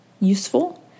useful